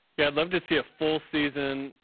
yeah le to see a full season,